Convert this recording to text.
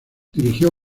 dirigió